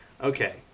Okay